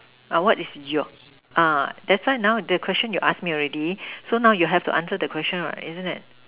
what is your that's why now the question you ask me already so now you have to answer the question what isn't it